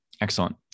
Excellent